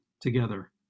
together